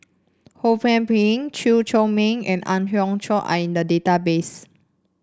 Ho Kwon Ping Chew Chor Meng and Ang Hiong Chiok are in the database